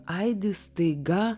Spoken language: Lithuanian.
aidi staiga